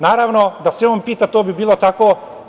Naravno, da se on pita, to bi bilo tako.